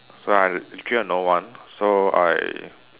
so I actually had no one so I